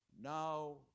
Now